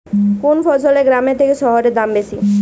কোন ফসলের গ্রামের থেকে শহরে দাম বেশি?